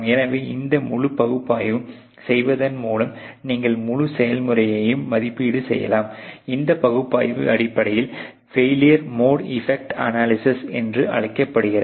எனவே இந்த முழு பகுப்பாய்வையும் செய்வதன் மூலம் நீங்கள் முழு செயல்முறையையும் மதிப்பீடு செய்யலாம் இந்த பகுப்பாய்வை அடிப்படையில் ஃபெயிலியர் மோடு எபக்ட் அனாலிசிஸ் என்று அழைக்கப்படுகிறது